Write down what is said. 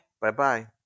Bye-bye